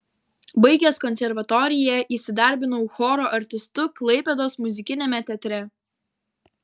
baigęs konservatoriją įsidarbinau choro artistu klaipėdos muzikiniame teatre